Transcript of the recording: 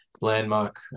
landmark